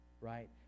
right